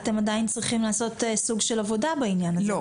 אתם עדיין צריכים לעשות סוג של עבודה בעניין הזה,